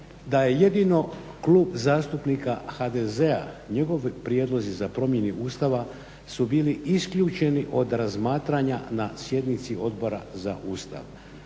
da je jedino Klub zastupnika HDZ-a, njegovi prijedlozi za promjeni Ustava su bili isključeni od razmatranja na sjednici Odbora za Ustav.